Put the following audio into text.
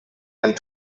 and